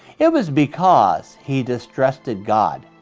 it was because he distrusted god.